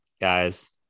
guys